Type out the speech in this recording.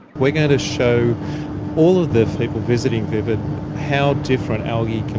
we're going to show all of the people visiting vivid how different algae can